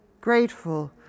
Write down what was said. grateful